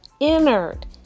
entered